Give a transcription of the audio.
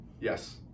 Yes